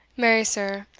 marry, sir,